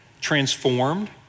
transformed